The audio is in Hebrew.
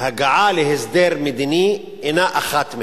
ההגעה להסדר מדיני אינה אחת מהן.